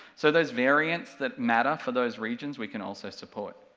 so those variants that matter for those regions we can also support.